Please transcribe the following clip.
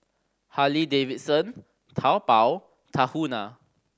Harley Davidson Taobao Tahuna